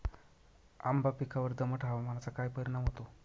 आंबा पिकावर दमट हवामानाचा काय परिणाम होतो?